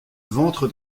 ventre